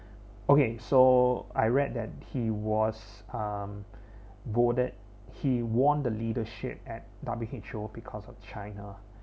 okay so I read that he was um voted he won the leadership at W_H_O because of china